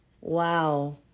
wow